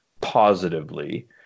positively